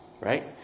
right